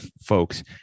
folks